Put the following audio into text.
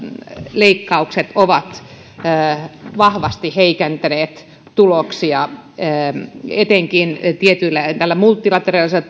leikkaukset ovat vahvasti heikentäneet tuloksia etenkin tietyssä multilateraalisessa